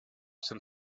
some